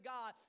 God